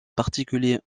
particulier